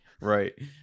Right